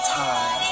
time